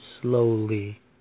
slowly